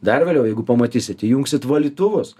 dar vėliau jeigu pamatysit įjungsit valytuvus